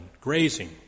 grazing